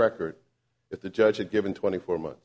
record if the judge had given twenty four months